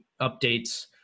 updates